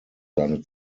seine